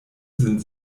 sind